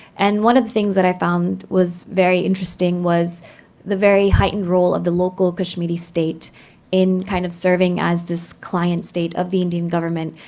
and one of the things that i found was very interesting was the very heightened role of the local kashmiri state in kind of serving as this client state of the indian government,